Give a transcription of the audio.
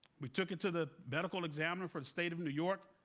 we took it to the medical examiner for the state of new york.